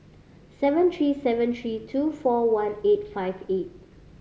seven three seven three two four one eight five eight